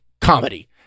comedy